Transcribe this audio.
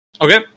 Okay